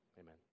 Amen